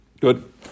Good